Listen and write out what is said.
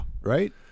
right